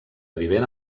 vivent